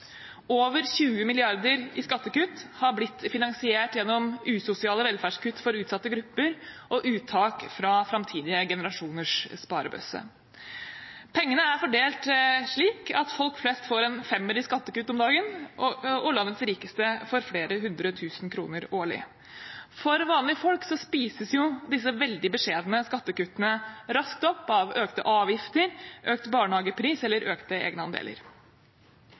Over 20 mrd. kr i skattekutt har blitt finansiert gjennom usosiale velferdskutt for utsatte grupper og uttak fra framtidige generasjoners sparebøsse. Pengene er fordelt slik at folk flest får en femmer i skattekutt om dagen, og landets rikeste får flere hundre tusen kroner årlig. For vanlige folk spises disse veldig beskjedne skattekuttene raskt opp av økte avgifter, økt barnehagepris eller økte egenandeler.